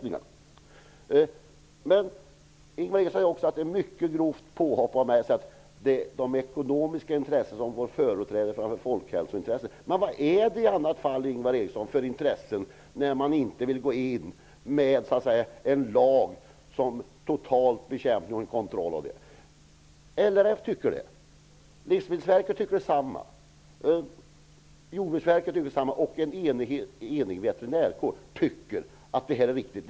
Ingvar Eriksson tycker att det är ett mycket grovt påhopp av mig att säga att de ekonomiska intressena går före folkhälsointresset. Men vilka intressen är det fråga om när man inte vill införa en lag om total bekämpning och kontroll? LRF vill det, liksom Livsmedelsverket och Jordbruksverket. En enig veterinärkår tycker att det skulle vara riktigt.